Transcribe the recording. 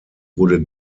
wurde